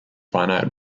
finite